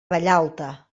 vallalta